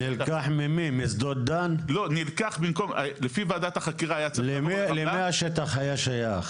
למי השטח היה שייך?